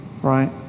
Right